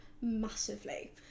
massively